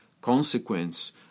consequence